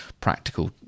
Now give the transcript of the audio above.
practical